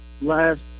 last